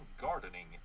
gardening